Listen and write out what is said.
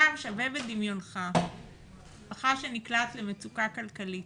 שווה בדמיונך משפחה שנקלעת למצוקה כלכלית,